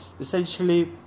essentially